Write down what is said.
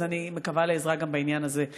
אז אני מקווה לעזרה גם בעניין הזה.